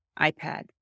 iPad